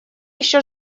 еще